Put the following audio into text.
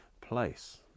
place